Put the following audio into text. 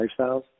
lifestyles